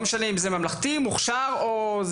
וזה לא משנה לי כרגע אם זה מוכשר או ממלכתי,